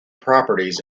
properties